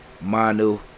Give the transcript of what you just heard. Manu